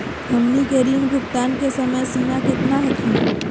हमनी के ऋण भुगतान के समय सीमा केतना हखिन?